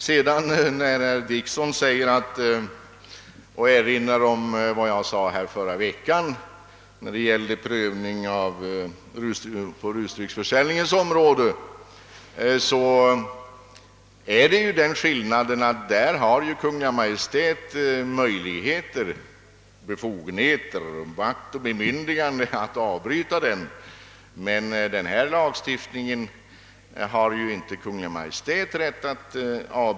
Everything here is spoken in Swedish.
Till herr Dickson, som erinrade om vad jag anförde förra veckan beträffande prövning på rusdrycksförsäljningens område, vill jag säga, att skillnaden i det fallet är den, att Kungl. Maj:t har befogenheter, makt och myndighet att avbryta denna prövning, medan Kungl. Maj:t inte har rätt att sätta denna lag ur kraft.